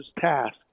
task